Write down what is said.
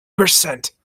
percent